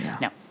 Now